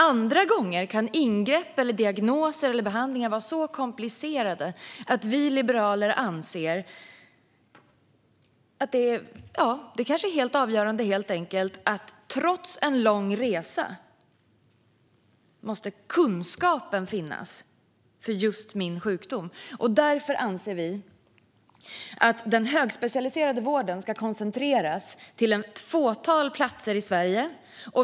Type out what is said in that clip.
Andra gånger kan ingrepp, diagnoser eller behandlingar vara komplicerade. Vi liberaler anser att kunskapen måste finnas, trots en lång resa, för just min sjukdom. Därför anser vi att den högspecialiserade vården ska koncentreras till ett fåtal platser i Sverige.